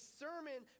sermon